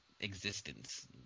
existence